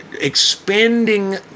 expanding